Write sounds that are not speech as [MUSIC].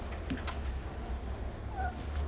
[NOISE]